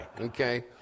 Okay